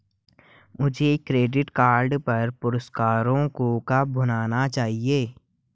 मुझे credit card पर पुरस्कारों को कब भुनाना चाहिए?